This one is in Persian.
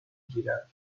گیرم